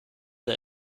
der